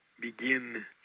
begin